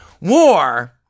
war